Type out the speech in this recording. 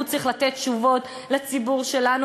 הוא צריך לתת תשובות לציבור שלנו,